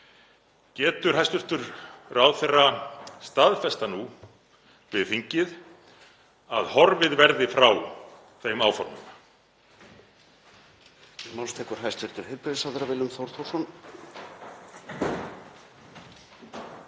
Getur hæstv. ráðherra staðfest það núna við þingið að horfið verði frá þeim áformum?